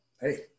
hey